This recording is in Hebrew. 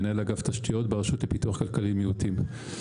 מנהל אגף תשתיות ברשות לפיתוח כלכלי מיעוטים.